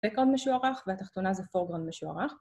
בקגראונד משוערך והתחתונה זה פורגראונד משוערך.